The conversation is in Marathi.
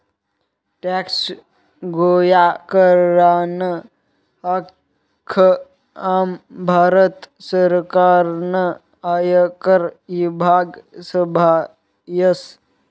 टॅक्स गोया करानं आख्खं काम भारत सरकारनं आयकर ईभाग संभायस